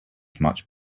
much